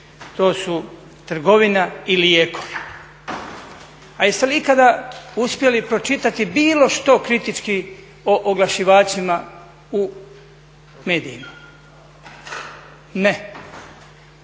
to su trgovina …. A jeste li ikada uspjeli pročitati bilo što kritički o oglašivačima u medijima? Ne.